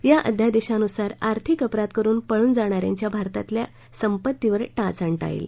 या अध्यादेशानुसार आर्थिक अपराध करून पळून जाणाऱ्यांच्या भारतातल्या संपत्तीवर टाच आणता येईल